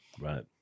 right